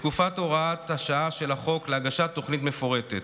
בתקופת הוראת השעה של החוק להגשת תוכנית מפורטת.